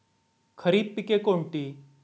खरीप पिके कोणती?